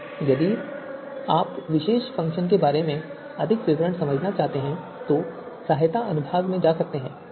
यदि आप इस विशेष फ़ंक्शन के बारे में अधिक विवरण समझना चाहते हैं तो आप सहायता अनुभाग में जा सकते हैं